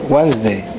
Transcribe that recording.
Wednesday